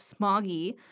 smoggy